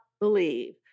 believe